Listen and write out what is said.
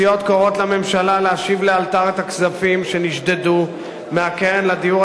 הסיעות קוראות לממשלה להשיב לאלתר את הכספים שנשדדו מהקרן לדיור